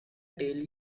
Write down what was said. tell